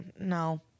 no